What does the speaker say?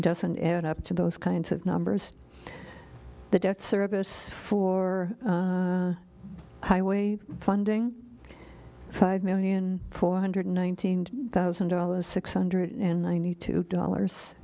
doesn't add up to those kinds of numbers the debt service for highway funding five million four hundred nineteen thousand dollars six hundred and ninety two dollars